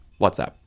WhatsApp